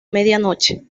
medianoche